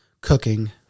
cooking